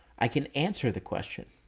i can answer the question.